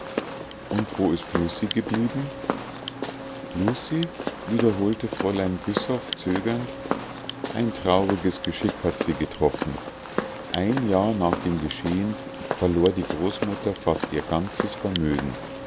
und wo ist lucie geblieben lucie wiederholte fräulein güssow zögernd ein trauriges geschick hat sie getroffen ein jahr nach dem geschehenen verlor die großmutter fast ihr ganzes vermögen